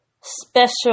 special